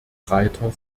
breiter